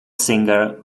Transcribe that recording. singer